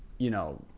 you know,